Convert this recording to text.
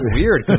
weird